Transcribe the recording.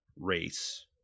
Race